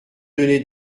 donner